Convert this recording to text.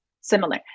similar